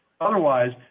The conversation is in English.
Otherwise